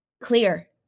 Clear